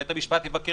בית המשפט יבקר,